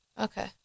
Okay